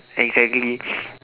exactly